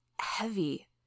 Heavy